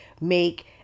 make